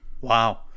Wow